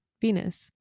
Venus